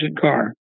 car